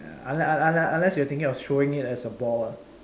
unless unless unless you're thinking of throwing it as a ball lah